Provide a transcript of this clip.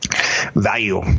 Value